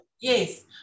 Yes